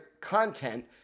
Content